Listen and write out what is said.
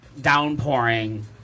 downpouring